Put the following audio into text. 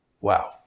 Wow